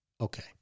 Okay